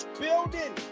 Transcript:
building